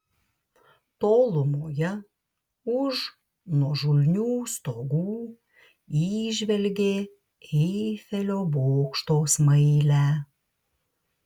tolumoje už nuožulnių stogų įžvelgė eifelio bokšto smailę